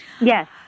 Yes